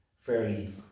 fairly